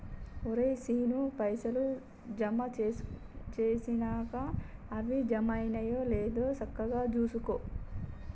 ఒరే శీనూ, పైసలు జమ జేసినంక అవి జమైనయో లేదో సక్కగ జూసుకో